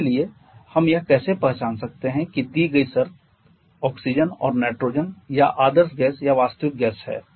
उसके लिए हम यह कैसे पहचान सकते हैं कि दी गई शर्तें ऑक्सीजन और नाइट्रोजन या आदर्श गैस या वास्तविक गैस हैं